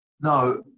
No